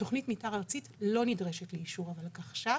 תכנית מתאר ארצית לא נדרשת לאישור הוולקחש"פ